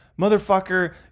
motherfucker